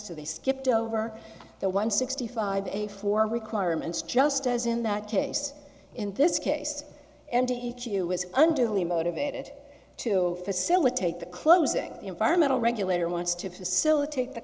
so they skipped over the one sixty five eighty four requirements just as in that case in this case and he was unduly motivated to facilitate the closing environmental regulator wants to facilitate the